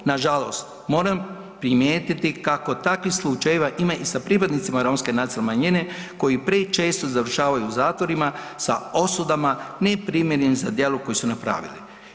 Nažalost, moram primijetiti kako takvih slučajeva ima i sa pripadnicima Romske nacionalne manjine koji prečesto završavaju u zatvorima sa osudama neprimjerenim za djelo koje su napravili.